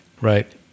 right